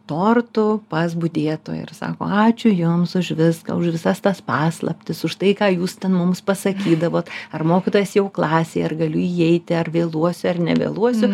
tortu pas budėtoją ir sako ačiū jums už viską už visas tas paslaptis už tai ką jūs ten mums pasakydavot ar mokytojas jau klasėje ar galiu įeiti ar vėluosi ar nevėluosiu